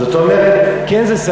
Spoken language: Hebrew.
זאת אומרת, זו כן סנקציה.